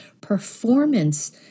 performance